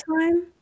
time